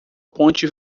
ponte